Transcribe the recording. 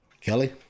Kelly